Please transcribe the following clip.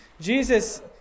Jesus